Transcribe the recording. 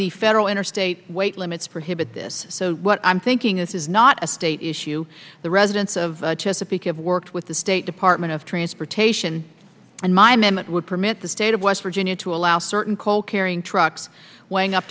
the federal interstate weight limits prohibit this so what i'm thinking is not a state issue the residents of chesapeake have worked with the state department of transportation and my m m it would permit the state of west virginia to allow certain coal carrying trucks weighing up